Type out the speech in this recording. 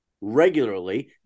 regularly